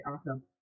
Awesome